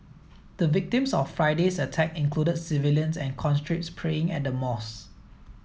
the victims of Friday's attack included civilians and conscripts praying at the mosque